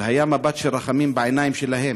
והיה מבט של רחמים בעיניים שלהם.